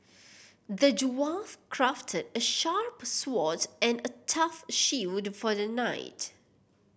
the dwarf crafted a sharp sword and a tough shield for the knight